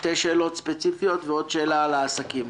שתי שאלות ספציפיות ועוד שאלה על העסקים.